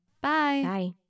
Bye